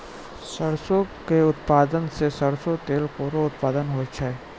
सरसों क उत्पादन सें सरसों तेल केरो उत्पादन होय छै